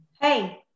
Hey